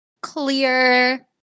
clear